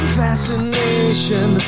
fascination